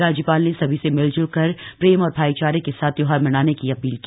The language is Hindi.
राज्य ाल ने सभी से मिलजुल करए प्रेम और भाईचारे के साथ त्योहार मनाने की अधील की